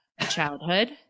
childhood